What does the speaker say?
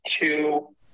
Two